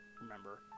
remember